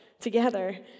together